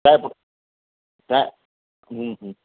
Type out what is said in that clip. काय आहे पुढं काय